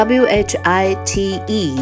white